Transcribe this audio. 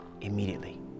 immediately